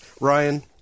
Ryan